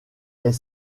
est